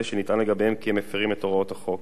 שנטען לגביהם כי הם מפירים את הוראות החוק